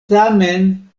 tamen